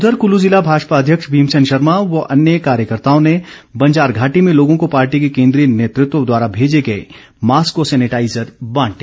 उधर कुल्लू जिला भाजपा अध्यक्ष भीमसेन शर्मा व अन्य कार्यकर्ताओं ने बंजार घाटी में लोगों को पाार्टी के केन्द्रीय नेतृत्व द्वारा भेजे गए मास्क व सैनेटाइज़र बांटे